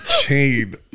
chain